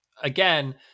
again